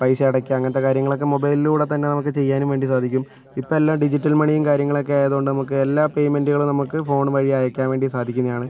പൈസ അടയ്ക്കാം അങ്ങനത്തെ കാര്യങ്ങളൊക്കെ മൊബൈലിലൂടെ തന്നെ നമുക്ക് ചെയ്യാനും വേണ്ടി സാധിക്കും ഇപ്പോൾ എല്ലാം ഡിജിറ്റൽ മണിയും കാര്യങ്ങളൊക്കെ ആയതുകൊണ്ട് നമുക്ക് എല്ലാ പേയ്മന്റുകളും നമുക്ക് ഫോണ് വഴി അയക്കാൻ വേണ്ടി സാധിക്കുന്നതാണ്